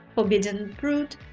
forbidden fruit,